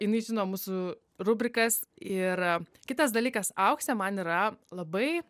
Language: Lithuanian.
jinai žino mūsų rubrikas ir kitas dalykas auksė man yra labai